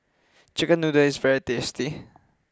Chicken Noodles is very tasty